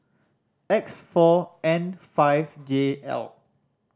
X four N five J L